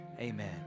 Amen